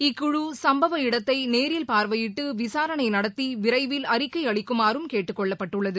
இக்குழ சும்பவ இடத்தை நேரில் பார்வையிட்டு விசாரணை நடத்தி விரைவில் அறிக்கை அளிக்குமாறும் கேட்டுக் கொள்ளப்பட்டுள்ளது